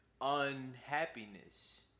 unhappiness